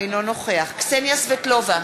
אינו נוכח קסניה סבטלובה,